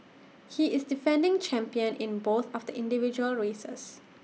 he is the defending champion in both of the individual races